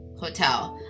hotel